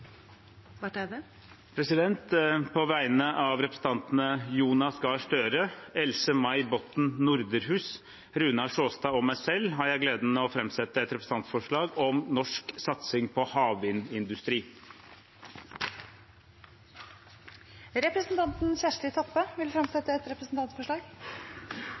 På vegne av representantene Jonas Gahr Støre, Else-May Botten Norderhus, Runar Sjåstad og meg selv har jeg gleden av å framsette et representantforslag om norsk satsing på havvindindustri. Representanten Kjersti Toppe vil fremsette et representantforslag.